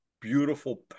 beautiful